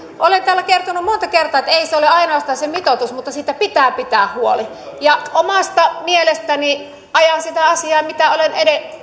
olen täällä kertonut monta kertaa että ei se ole ainoastaan se mitoitus mutta siitä pitää pitää huoli omasta mielestäni ajan sitä asiaa mitä olen